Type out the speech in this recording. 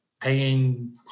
paying